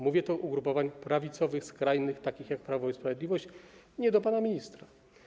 Mówię to do ugrupowań prawicowych, skrajnych, takich jak Prawo i Sprawiedliwość, nie do pana ministra.